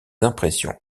impressions